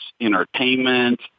entertainment